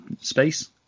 space